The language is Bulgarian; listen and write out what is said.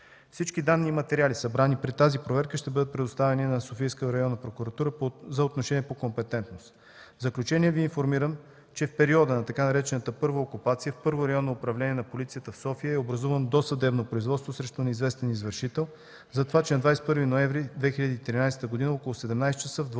Всички данни и материали, събрани при тази проверка, ще бъдат предоставени на Софийска районна прокуратура за отношение по компетентност. В заключение Ви информирам, че в периода на така наречената „първа окупация” в Първо районно управление на полицията в София е образувано досъдебно производство срещу неизвестен извършител за това, че на 21 ноември 2013 г. около 17 ч. в двора